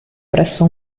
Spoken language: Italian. presso